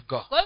God